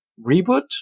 reboot